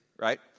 Right